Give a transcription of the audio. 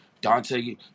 Dante